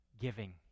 giving